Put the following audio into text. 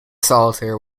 solitaire